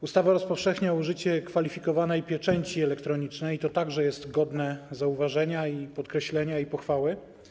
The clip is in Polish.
Ustawa rozpowszechnia użycie kwalifikowanej pieczęci elektronicznej, i to także jest godne zauważenia, podkreślenia i pochwały.